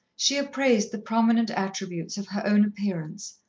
she appraised the prominent attributes of her own appearance,